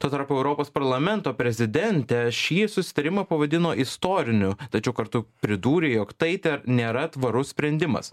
tuo tarpu europos parlamento prezidentė šį susitarimą pavadino istoriniu tačiau kartu pridūrė jog tai ter nėra tvarus sprendimas